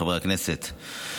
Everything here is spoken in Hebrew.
חברי הכנסת,